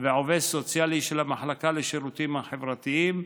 ועובד סוציאלי של המחלקה לשירותים חברתיים,